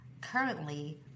currently